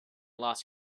lost